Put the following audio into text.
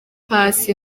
paccy